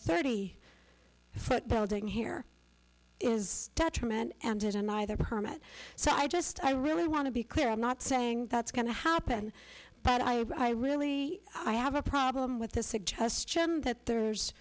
thirty foot building here is detrimental and isn't either permanent so i just i really want to be clear i'm not saying that's going to happen but i really i have a problem with the suggestion that there's